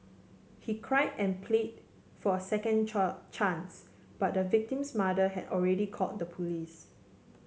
he cried and pleaded for a second chance but the victim's mother had already called the police